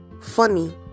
funny